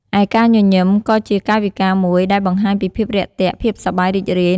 ឯការញញឹម ក៏ជាកាយវិការមួយដែលបង្ហាញពីភាពរាក់ទាក់ ភាពសប្បាយរីករាយ និងការស្វាគមន៍ដោយស្មោះត្រង់ផងដែរ។